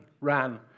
ran